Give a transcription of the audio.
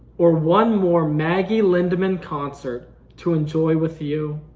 or one more maggie lindenmann concert to enjoy with you.